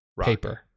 Paper